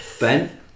Ben